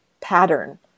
pattern